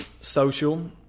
social